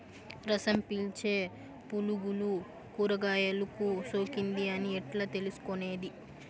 రసం పీల్చే పులుగులు కూరగాయలు కు సోకింది అని ఎట్లా తెలుసుకునేది?